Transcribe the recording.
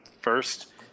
first